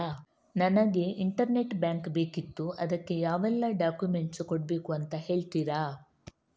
ನನಗೆ internet bank ಬೇಕಿತ್ತು ಅದಕ್ಕೆ ಯಾವೆಲ್ಲಾ ಡಾಕ್ಯುಮೆಂಟ್ಸ್ ಕೊಡ್ಬೇಕು ಅಂತ ಹೇಳ್ತಿರಾ?